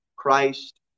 Christ